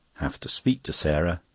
have to speak to sarah.